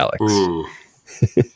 Alex